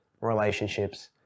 Relationships